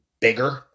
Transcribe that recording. bigger –